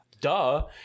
duh